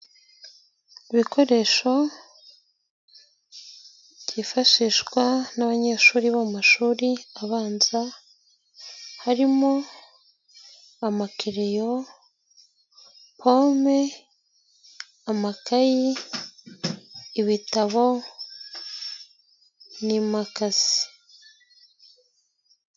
Ibikoresho byifashishwa n'abanyeshuri bo mu mashuri abanza, harimo amakereyo, pome, amakayi, ibitabo, n'imakasi.